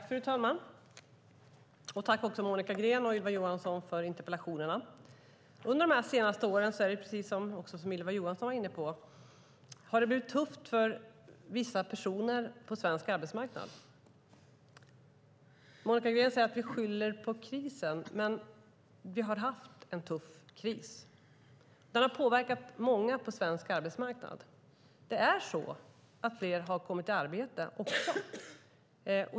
Fru talman! Jag tackar Monica Green och Ylva Johansson för interpellationerna. Under de senaste åren har det, precis som Ylva Johansson var inne på, blivit tufft för vissa personer på svensk arbetsmarknad. Monica Green säger att vi skyller på krisen, men vi har haft en tuff kris. Den har påverkat många på svensk arbetsmarknad. Det är också så att fler har kommit i arbete.